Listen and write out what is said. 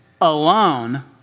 alone